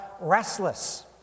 restless